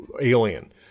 alien